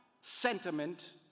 sentiment